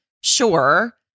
sure